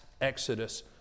exodus